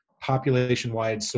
population-wide